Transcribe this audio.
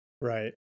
Right